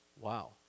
Wow